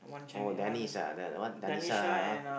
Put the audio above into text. oh Denis ah that one Denis [ah[